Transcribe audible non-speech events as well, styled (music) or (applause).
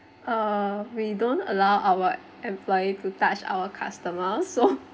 uh we don't allow our employee to touch our customers so (laughs)